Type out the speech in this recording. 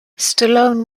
stallone